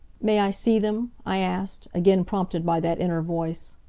may i see them? i asked, again prompted by that inner voice.